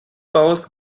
baust